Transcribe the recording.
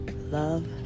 Love